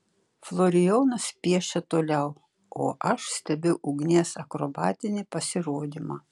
florijonas piešia toliau o aš stebiu ugnies akrobatinį pasirodymą